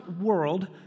world